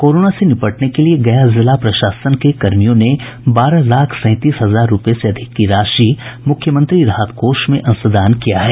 corona से निपटने के लिए गया जिला प्रशासन के कर्मियों ने बारह लाख सैंतीस हजार रूपये से अधिक की राशि मुख्यमंत्री राहत कोष में अंशदान किया गया है